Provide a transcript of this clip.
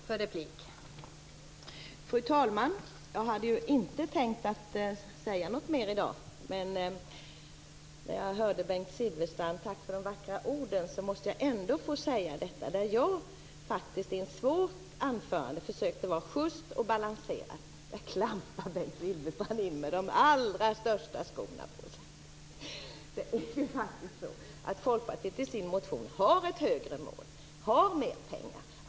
Fru talman! Jag hade inte tänkt säga något mer i dag, men när jag hörde Bengt Silfverstrand - tack för de vackra orden - måste jag få säga följande. När jag i ett faktiskt svårt anförande försökte vara schysst och balanserad då klampade Bengt Silfverstrand in med de allra största skorna på sig. Folkpartiet har i sin motion ett högre mål, har föreslagit mer pengar.